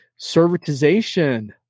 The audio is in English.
servitization